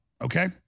okay